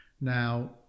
now